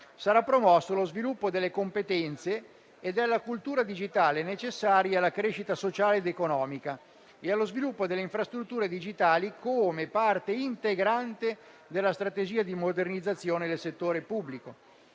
Sarà promosso lo sviluppo delle competenze e della cultura digitale necessarie alla crescita sociale ed economica e allo sviluppo delle infrastrutture digitali come parte integrante della strategia di modernizzazione del settore pubblico.